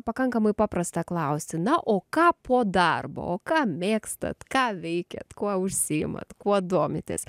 pakankamai paprasta klausti na o ką po darbo o ką mėgstat ką veikiat kuo užsiimat kuo domitės